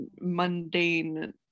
mundane